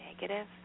negative